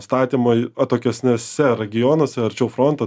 statymui atokesniuose rajonuose arčiau fronto